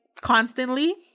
constantly